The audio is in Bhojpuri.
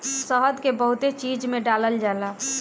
शहद के बहुते चीज में डालल जाला